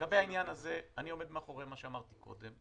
לגבי העניין הזה, אני עומד מאחורי מה שאמרתי קודם.